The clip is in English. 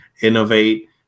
innovate